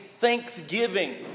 thanksgiving